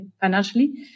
financially